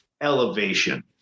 elevation